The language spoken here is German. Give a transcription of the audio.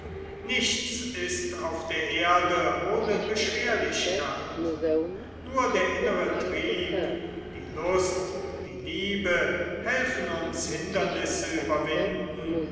nichts ist auf der erde ohne beschwerlichkeit nur der innere trieb die lust die liebe helfen uns hindernisse überwinden